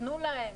תנו להם,